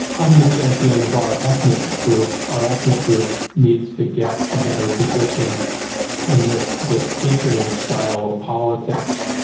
i'm the champion of our ethnic group, our ethnic group needs to get a better position in this this patronage style of politics.